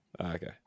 Okay